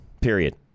Period